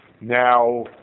Now